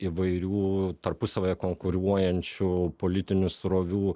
įvairių tarpusavyje konkuruojančių politinių srovių